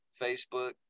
Facebook